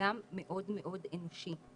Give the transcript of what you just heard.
מאוד מאוד אנושי.